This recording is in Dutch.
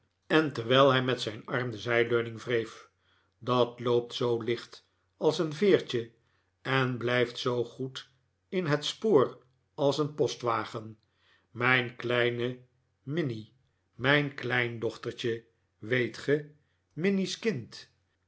en terwijl hij met zijn arm de zijleuning wreef dat loopt zoo licht als een veertje en blijft zoo goed in het spoor als een postwagen mijn kleine minnie mijn kleindochtertje weet ge minnie's kind